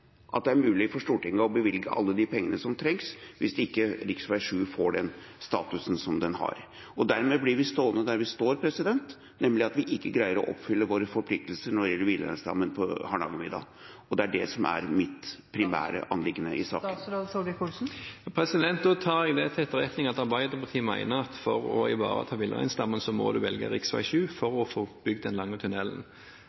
at det er mulig for Stortinget å bevilge alle pengene som trengs, hvis ikke rv. 7 får den statusen den har. Dermed blir vi stående der vi står, nemlig at vi ikke greier å oppfylle våre forpliktelser når det gjelder villreinstammen på Hardangervidda, og det er det som er mitt primære anliggende i saken. Da tar jeg det til etterretning at Arbeiderpartiet mener at for å ivareta villreinstammen må en velge rv. 7 for